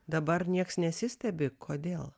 dabar nieks nesistebi kodėl